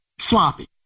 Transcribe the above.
sloppy